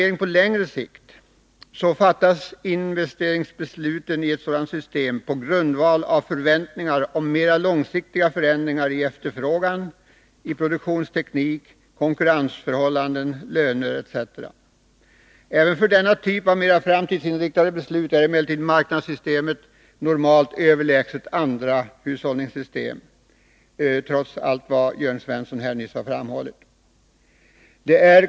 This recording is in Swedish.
——— Investeringsbesluten fattas på grundval av förväntningar om mera långsiktiga förändringar i efterfrågan, produktionsteknik, konkurrensförhållanden, löner etc. Även för denna typ av mera framtidsinriktade beslut är emellertid marknadssystemet normalt överlägset andra hushållningssystem.” Detta gäller trots allt vad Jörn Svensson nyss framhöll här.